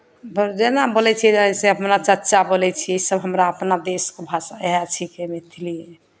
पर जेना बोलै छियै से अपना चच्चा बोलै छियै ईसभ हमरा अपना देशके भाषा इएह छिकै मैथिलिए